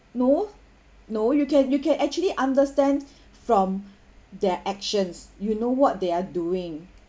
no you can you can actually understand from their actions you know what they are doing